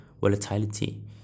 volatility